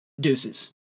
deuces